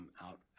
out